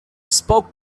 spoke